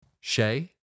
Shay